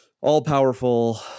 all-powerful